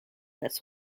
this